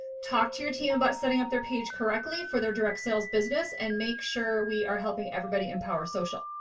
talk to your team about setting up their page correctly for their direct sales business and make sure we are helping everybody empowersocial.